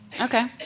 Okay